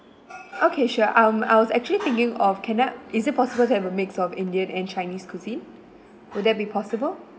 okay sure um I was actually thinking of can I is it possible to have a mix of indian and chinese cuisine would that be possible